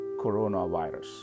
coronavirus